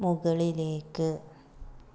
മുകളിലേക്ക്